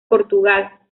portugal